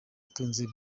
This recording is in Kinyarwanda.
utunze